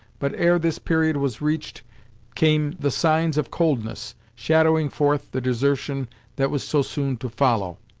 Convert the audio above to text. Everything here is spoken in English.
but ere this period was reached came the signs of coldness, shadowing forth the desertion that was so soon to follow.